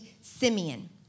Simeon